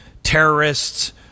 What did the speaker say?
terrorists